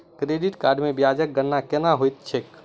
credit card मे ब्याजक गणना केना होइत छैक